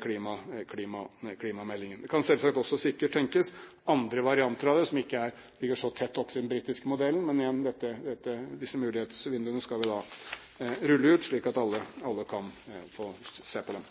klimameldingen. Det kan selvsagt sikkert også tenkes andre varianter som ikke ligger så tett opp til den britiske modellen, men igjen, disse mulighetsvinduene skal vi rulle ut, slik at alle kan få se på dem.